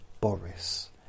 Boris